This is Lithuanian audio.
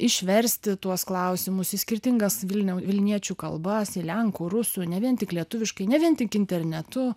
išversti tuos klausimus į skirtingas vilniaus vilniečių kalbas lenkų rusų ne vien tik lietuviškai ne vien tik internetu